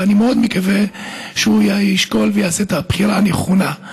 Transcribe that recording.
ואני מאוד מקווה שהוא ישקול ויעשה את הבחירה הנכונה.